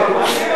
אני מבקש מאשתי.